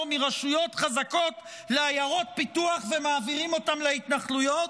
מרשויות חזקות לעיירות פיתוח ומעבירים אותם להתנחלויות?